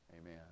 Amen